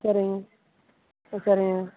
சரிங்க சரிங்க